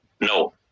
No